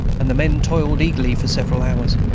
and the men toiled eagerly, for several hours,